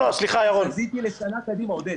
התחזית היא לשנה קדימה, עודד.